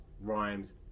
rhymes